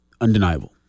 undeniable